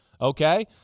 Okay